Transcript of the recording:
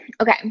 okay